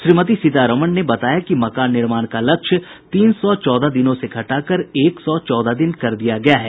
श्रीमती सीतारमन ने बताया कि मकान निर्माण का लक्ष्य तीन सौ चौदह दिनों से घटाकर एक सौ चौदह दिन कर दिया गया है